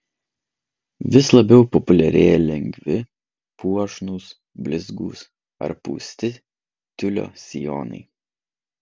vis labiau populiarėja lengvi puošnūs blizgūs ar pūsti tiulio sijonai